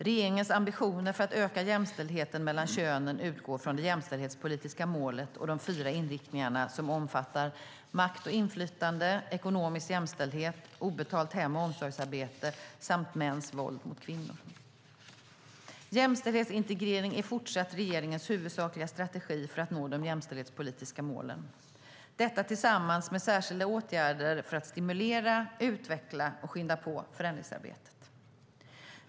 Regeringens ambitioner för att öka jämställdheten mellan könen utgår från det jämställdhetspolitiska målet och de fyra inriktningarna som omfattar makt och inflytande, ekonomisk jämställdhet, obetalt hem och omsorgsarbete samt mäns våld mot kvinnor. Jämställdhetsintegrering är fortsatt regeringens huvudsakliga strategi för att nå de jämställdhetspolitiska målen - detta tillsammans med särskilda åtgärder för att stimulera, utveckla och skynda på förändringsarbetet.